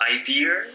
idea